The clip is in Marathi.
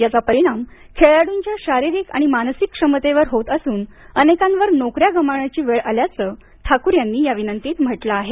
याचा परिणाम खेळाडूंच्या शारीरिक आणि मानसिक क्षमतेवर होत असून अनेकांवर नोकऱ्या गमावण्याची वेळ आल्याचं ठाकूर यांनी विनंतीत म्हंटलं आहे